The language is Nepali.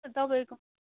तपाईँको